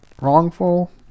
wrongful